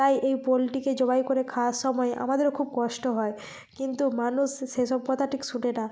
তাই এই পোলট্রিকে জবাই করে খাওয়ার সময় আমাদেরও খুব কষ্ট হয় কিন্তু মানুষ সে সেসব কথা ঠিক শোনে না